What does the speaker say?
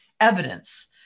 evidence